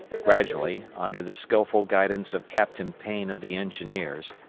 gradually, under the skilful guidance of captain payne of the engineers,